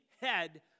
head